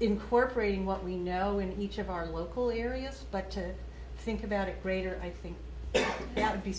incorporating what we know in each of our local areas but to think about it greater i think that would be